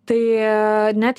tai net